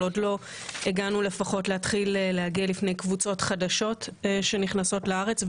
אבל עוד לא הגענו לפחות להתחיל להגיע לפני קבוצות חדשות שנכנסות לארץ.